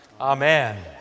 Amen